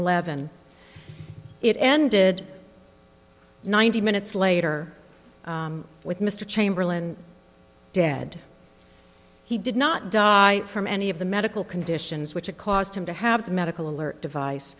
eleven it ended ninety minutes later with mr chamberlain dead he did not die from any of the medical conditions which caused him to have the medical alert device